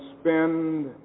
spend